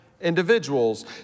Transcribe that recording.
individuals